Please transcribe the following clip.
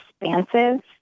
expansive